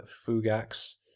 fugax